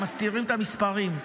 הם מסתירים את המספרים.